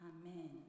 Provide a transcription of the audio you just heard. Amen